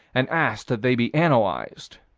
and asked that they be analyzed.